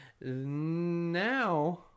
now